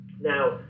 Now